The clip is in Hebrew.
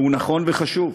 והוא נכון וחשוב,